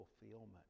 fulfillment